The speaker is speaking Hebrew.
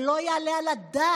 זה לא יעלה על הדעת.